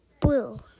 Blue